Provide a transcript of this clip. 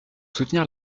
soutenir